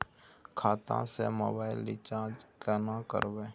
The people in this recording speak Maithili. खाता स मोबाइल रिचार्ज केना करबे?